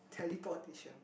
teleportation